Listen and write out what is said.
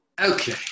Okay